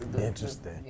interesting